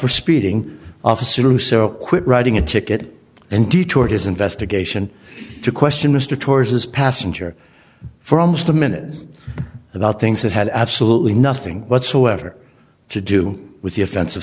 for speeding officer russo quit writing a ticket and detour his investigation to question mr towards his passenger for almost a minute about things that had absolutely nothing whatsoever to do with the offens